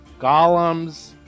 golems